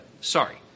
sorry